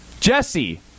Jesse